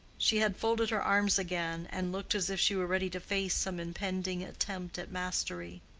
she had folded her arms again, and looked as if she were ready to face some impending attempt at mastery.